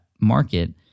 market